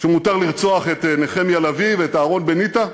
שמותר לרצוח את נחמיה לביא ואת אהרן בניטה?